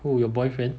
who your boyfriend